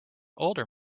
older